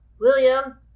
William